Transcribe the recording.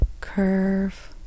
curve